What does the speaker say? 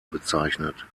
bezeichnet